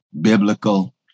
biblical